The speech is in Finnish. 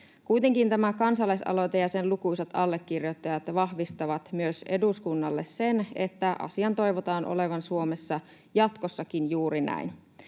Kuitenkin tämä kansalaisaloite ja sen lukuisat allekirjoittajat vahvistavat myös eduskunnalle sen, että asian toivotaan olevan Suomessa jatkossakin juuri näin.